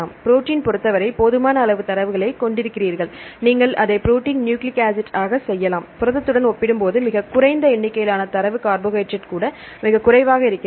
protein பொறுத்தவரை போதுமான அளவு தரவுகளைக் கொண்டிருக்கிறீர்கள் நீங்கள் அதை ப்ரோடீன் நியூக்ளிக் ஆசிட் ஆகச் செய்யலாம் புரதத்துடன் ஒப்பிடும்போது மிகக் குறைந்த எண்ணிக்கையிலான தரவு கார்போஹைட்ரேட் கூட மிகக் குறைவாக இருக்கிறது